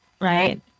Right